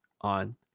on